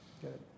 Good